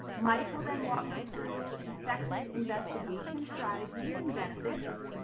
mike will then walk us through effective investigation strategies and benefits.